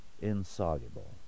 insoluble